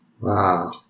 Wow